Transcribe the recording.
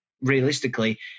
realistically